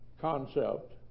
concept